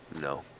No